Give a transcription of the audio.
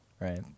right